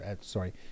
Sorry